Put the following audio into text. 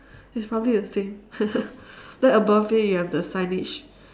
it's probably the same then above it you have the signage